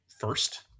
first